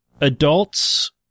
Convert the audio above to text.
Adults